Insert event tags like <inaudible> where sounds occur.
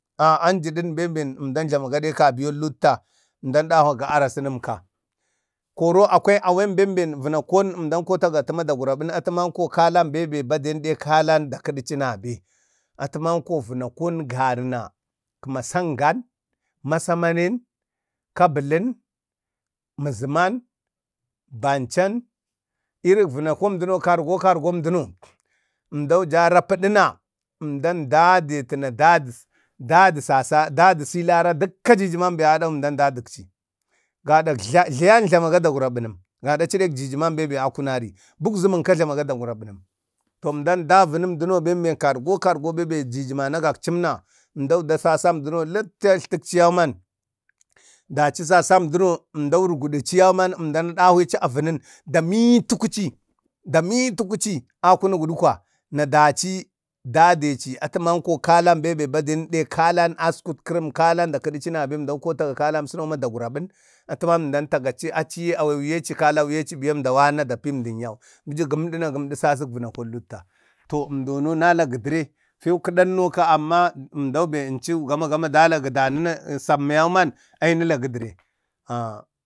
<unintelligible> əmda jlamaga ɗen kabiyon lutta. koro akwai awen ədən kotəchi dagurəɓan əmdau jlamagaji ɗek vanakon, gari. Awen da kədi azann a baderi. zmdau jlama gaji dek changan, masamane, kabəkən, mazaman, əgbanchan irik vena kom duno kargo, kargo, Ʒmda ja rapədəmna əmdan dali sasau, dadi silau daji jijimau talla jlayan əmdan jlamaga daggraɓan neram gada achi ɗe jijiman bugzamka əmdan jlamaga dəgrabən neram. Sa əmdau da sasau tallana əmdaueta rapəɗachi da ɗahwichi avənən na da murtukuchi da murtuka chi akunu guɗkwa na dachi dade chi, atəmanko kalan askustəkrəm. kalan da kədachi nabe. achiman dagurabən, əmdau nachi na da pi əmdi. zmdau tagachi ənno, achiyen kala achiyau aweu, biya gamɗa biya gəmɗa sasan lutta, to əndono təna melagə dəre.